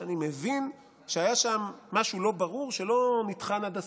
אני מבין שהיה שם משהו לא ברור שלא נבחן עד הסוף.